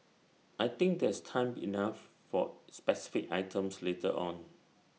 I think there's time enough for specific items later on